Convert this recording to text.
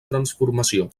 transformació